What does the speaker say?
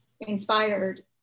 inspired